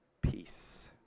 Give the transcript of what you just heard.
peace